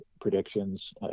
predictions